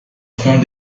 fronde